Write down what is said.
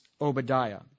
Obadiah